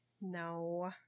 No